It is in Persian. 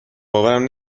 باورم